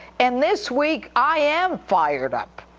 and this week, i am fired up.